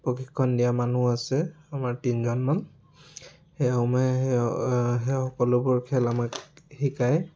প্ৰশিক্ষণ দিয়া মানুহ আছে আমাৰ তিনিজনমান সেইসকলোবোৰ খেল আমাক শিকায়